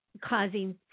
causing